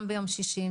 גם ביום שישי.